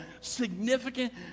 significant